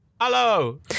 Hello